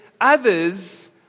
others